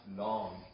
long